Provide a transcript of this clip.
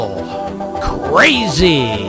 Crazy